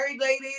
ladies